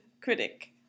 critic